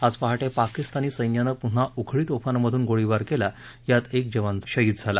आज पहाटे पाकिस्तानी सैन्यानं प्न्हा उखळी तोफांमधून गोळीबार केला यात एक जवान शहीद झाला